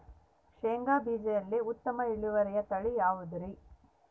ಶೇಂಗಾ ಬೇಜದಲ್ಲಿ ಉತ್ತಮ ಇಳುವರಿಯ ತಳಿ ಯಾವುದುರಿ?